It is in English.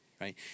right